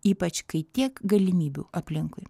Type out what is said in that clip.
ypač kai tiek galimybių aplinkui